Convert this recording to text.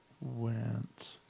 went